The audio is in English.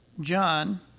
John